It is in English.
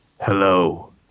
Hello